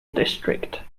district